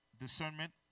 discernment